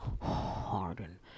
harden